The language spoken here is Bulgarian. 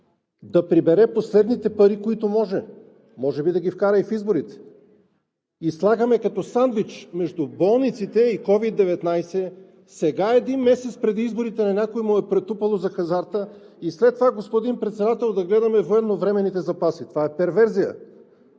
да прибере последните пари, които може – може би да ги вкара и в изборите, и слагаме като сандвич между болниците и COVID-19, сега един месец преди изборите на някой му е претупало за хазарта и след това, господин Председател, да гледаме военновременните запаси. Това е перверзия!